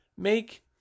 make